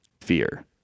fear